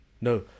no